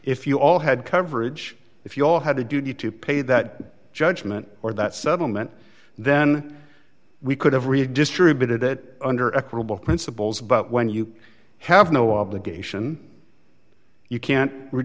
if you all had coverage if you all had to do to pay that judgment or that settlement then we could have really distributed it under equitable principles but when you have no obligation you can't re